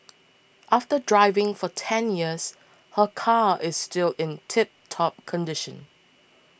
after driving for ten years her car is still in tiptop condition